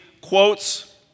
quotes